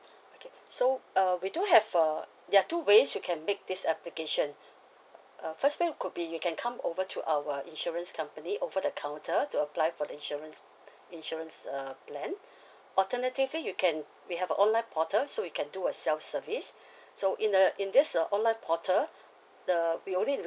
okay so uh we do have a there are two ways you can make this application uh first way could be you can come over to our insurance company over the counter to apply for the insurance insurance uh plan alternatively you can we have a online portal so you can do a self-service so in uh in this uh online portal the we only